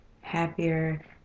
happier